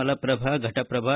Malaprabha Ghataprabha